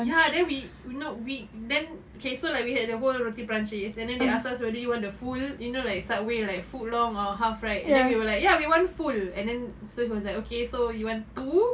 ya then we no we then okay so we had the whole roti perancis and then they asked us whether you want the full you know like Subway like foot long or half right and then we were like ya we want full and then so he was okay so you want two